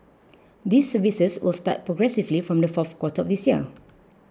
these services will start progressively from the fourth quarter of this year